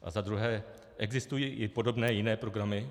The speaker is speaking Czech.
A za druhé: Existují i podobné jiné programy?